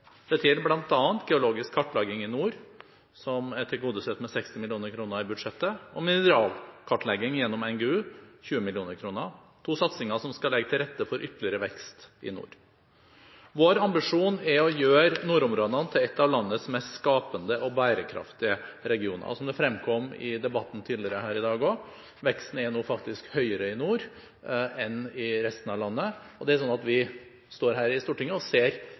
gjelder bl.a. geologisk kartlegging i nord, som er tilgodesett med 60 mill. kr i budsjettet, og mineralkartlegging gjennom NGU med 20 mill. kr – to satsinger som skal legge til rette for ytterligere vekst i nord. Vår ambisjon er å gjøre nordområdene til en av landets mest skapende og bærekraftige regioner. Som det fremkom i debatten tidligere her i dag også, er veksten nå faktisk høyere i nord enn i resten av landet, og det er slik at vi står her i Stortinget og ser